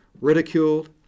ridiculed